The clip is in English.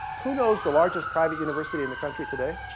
who knows the largest private university in the country today?